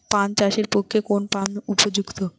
পান চাষের পক্ষে কোন পাম্প উপযুক্ত?